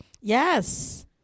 Yes